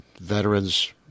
veterans